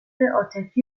عاطفی